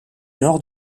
nord